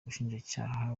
ubushinjacyaha